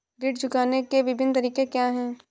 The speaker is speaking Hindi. ऋण चुकाने के विभिन्न तरीके क्या हैं?